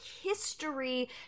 history